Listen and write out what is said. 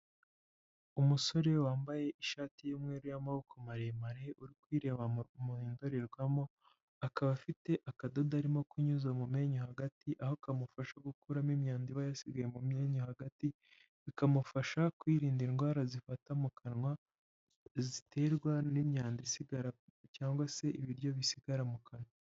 Umusore wambaye ishati y'umweru y'amaboko maremare, uri kwireba mu ndorerwamo, akaba afite akadodo, aririmo kunyuza mu menyo hagati, aho kamufasha gukuramo imyanda iba yasigaye mu mya hagati, bikamufasha kwirinda indwara zifata mu kanwa, ziterwa n'imyanda isigara cyangwa se ibiryo bisigara mu kanwa.